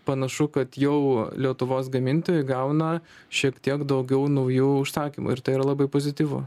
panašu kad jau lietuvos gamintojai gauna šiek tiek daugiau naujų užsakymų ir tai yra labai pozityvu